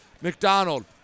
McDonald